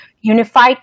unified